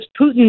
Putin